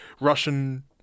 Russian